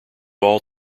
all